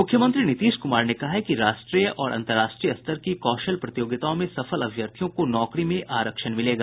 मुख्यमंत्री नीतीश कुमार ने कहा है कि राष्ट्रीय और अन्तर्राष्ट्रीय स्तर की कौशल प्रतियोगिताओं में सफल अभ्यर्थियों को नौकरी में आरक्षण मिलेगा